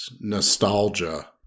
nostalgia